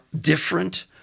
different